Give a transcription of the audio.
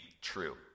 true